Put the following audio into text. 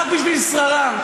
רק בשביל שררה,